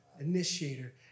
initiator